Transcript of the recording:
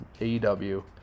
AEW